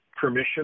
permission